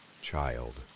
child